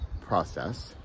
process